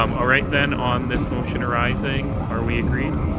um ah right, then, on this motion arising, are we agreed?